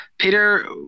Peter